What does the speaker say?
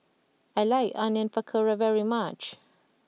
I like Onion Pakora very much